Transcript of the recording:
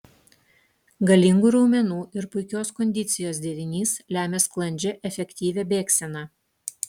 galingų raumenų ir puikios kondicijos derinys lemia sklandžią efektyvią bėgseną